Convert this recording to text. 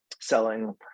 selling